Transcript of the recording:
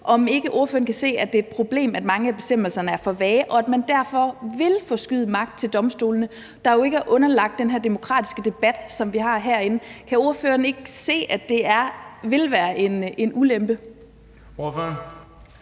Kan ordføreren ikke se, det er et problem, at mange af bestemmelserne er for vage, og at man derfor vil forskyde magt til domstolene, der jo ikke er underlagt den her demokratiske debat, som vi har herinde? Kan ordføreren ikke se, at det vil være en ulempe? Kl.